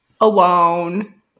alone